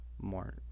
more